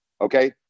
okay